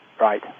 Right